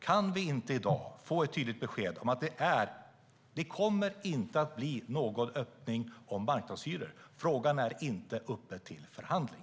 Kan vi inte i dag få ett tydligt besked om att det inte kommer att bli någon öppning om marknadshyror och att frågan inte är uppe till förhandling?